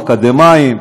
אקדמאים,